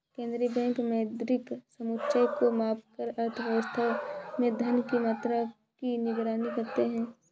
केंद्रीय बैंक मौद्रिक समुच्चय को मापकर अर्थव्यवस्था में धन की मात्रा की निगरानी करते हैं